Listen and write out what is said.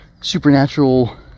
supernatural